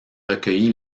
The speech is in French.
recueilli